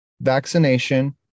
Vaccination